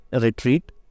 retreat